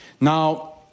Now